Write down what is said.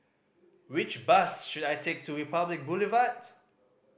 which bus should I take to Republic Boulevard